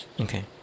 Okay